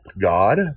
God